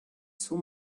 sous